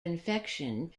infection